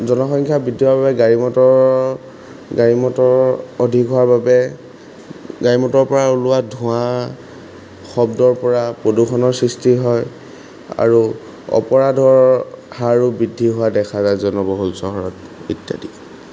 জনসংখ্যা বৃদ্ধি হোৱাৰ বাবে গাড়ী মটৰৰ গাড়ী মটৰৰ অধিক হোৱাৰ বাবে গাড়ী মটৰৰপৰা ওলোৱা ধোঁৱা শব্দৰপৰা প্ৰদূষণৰ সৃষ্টি হয় আৰু অপৰাধৰ হাৰো বৃদ্ধি হোৱা দেখা যায় জনবহুল চহৰত ইত্যাদি